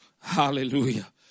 Hallelujah